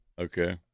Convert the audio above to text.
Okay